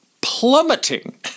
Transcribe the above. plummeting